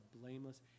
blameless